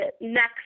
next